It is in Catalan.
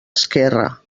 esquerra